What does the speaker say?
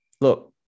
look